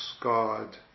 god